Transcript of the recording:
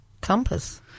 compass